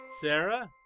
Sarah